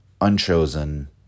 unchosen